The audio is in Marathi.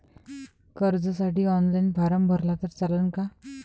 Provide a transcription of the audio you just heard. कर्जसाठी ऑनलाईन फारम भरला तर चालन का?